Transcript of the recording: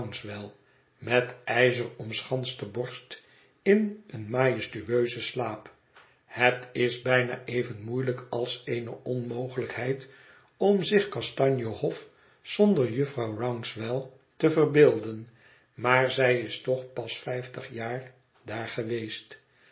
met ijzer omschanste borst in een majestueuzen slaap het is bijna even moeielijk als eene onmogelijkheid om zich kastanje hof zonder jufvrouw rouncewell te verbeelden maar zij is toch pas vijftig jaar daar geweest